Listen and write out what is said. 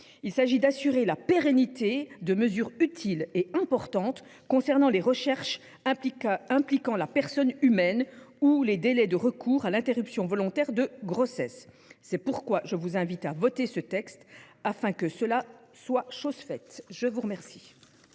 le répète, d’assurer la pérennité de mesures utiles et importantes concernant les recherches impliquant la personne humaine ou les délais de recours à l’interruption volontaire de grossesse. C’est pourquoi je vous invite à voter ce texte afin que cela soit chose faite. La parole